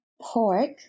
Pork